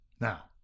Now